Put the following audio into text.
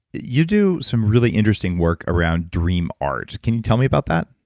you do some really interesting work around dream art. can you tell me about that?